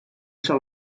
zal